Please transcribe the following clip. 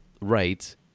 right